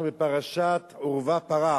אנחנו בפרשת עורבא פרח.